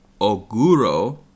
Oguro